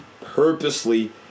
purposely